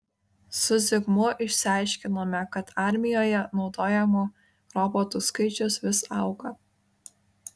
su zigmu išsiaiškinome kad armijoje naudojamų robotų skaičius vis auga